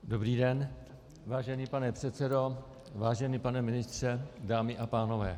Dobrý den, vážený pane předsedo, vážený pane ministře, dámy a pánové.